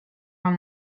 mam